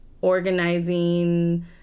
organizing